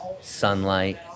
sunlight